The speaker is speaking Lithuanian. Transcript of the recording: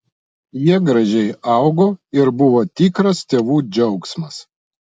jie gražiai augo ir buvo tikras tėvų džiaugsmas